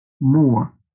more